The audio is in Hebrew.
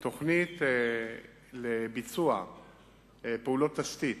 תוכנית לביצוע פעולות תשתית